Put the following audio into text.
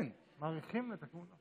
מאריכים לה את המינוי.